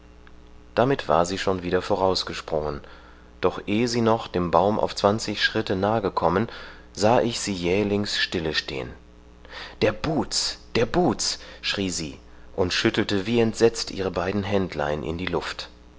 damit war sie schon wieder vorausgesprungen doch eh sie noch dem baum auf zwanzig schritte nah gekommen sah ich sie jählings stille stehn der buhz der buhz schrie sie und schüttelte wie entsetzt ihre beiden händlein in der luft